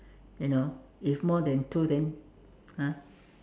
you know if more than two than !huh!